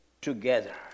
together